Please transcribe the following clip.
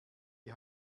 die